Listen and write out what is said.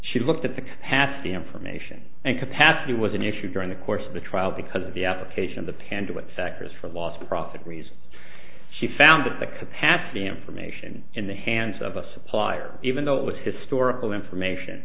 she looked at the half the information and capacity was an issue during the course of the trial because of the application of the panda with sectors for last profit reasons she found that the capacity information in the hands of a supplier even though it was historical information